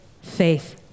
Faith